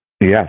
Yes